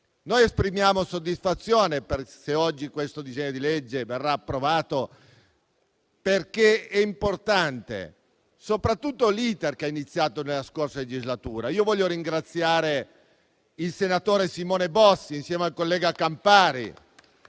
Noi esprimiamo soddisfazione per l'approvazione di questo disegno di legge, perché è importante soprattutto l'*iter* iniziato nella scorsa legislatura. Io voglio ringraziare il senatore Simone Bossi, insieme al collega Campari,